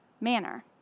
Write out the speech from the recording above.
manner